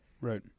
Right